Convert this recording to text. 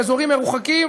באזורים מרוחקים,